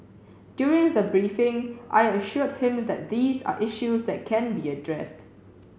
during the briefing I assured him that these are issues that can be addressed